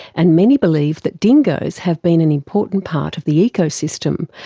and many believe that dingoes have been an important part of the ecosystem,